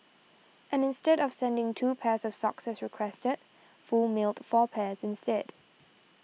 and instead of sending two pairs of socks as requested Foo mailed four pairs instead